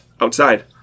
outside